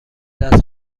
دست